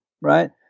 Right